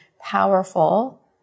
powerful